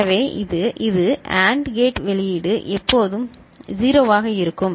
எனவே இது இது AND கேட் வெளியீடு எப்போதும் 0 ஆக இருக்கும்